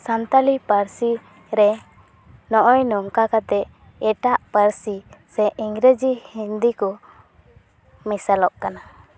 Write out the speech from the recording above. ᱥᱟᱱᱛᱟᱞᱤ ᱯᱟᱹᱨᱥᱤ ᱨᱮ ᱱᱚᱜᱼᱚᱭ ᱱᱚᱝᱠᱟ ᱠᱟᱛᱮ ᱮᱴᱟᱜ ᱯᱟᱹᱨᱥᱤ ᱥᱮ ᱤᱝᱨᱮᱡᱤ ᱦᱤᱱᱫᱤ ᱠᱚ ᱢᱮᱥᱟᱞᱚᱜ ᱠᱟᱱᱟ